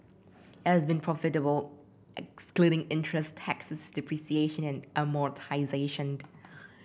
been profitable excluding interest taxes depreciation and amortisation